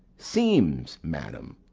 seems, madam!